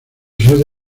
sede